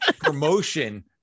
promotion